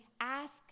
ask